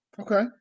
Okay